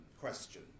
question